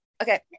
Okay